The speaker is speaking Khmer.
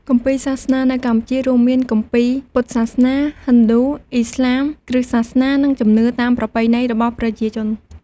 គម្ពីរសាសនានៅកម្ពុជារួមមាន គម្ពីរពុទ្ធសាសនា ហិណ្ឌូ អ៊ីស្លាម គ្រីស្ទសាសនា និង ជំនឿតាមប្រពៃណីរបស់ប្រជាជន។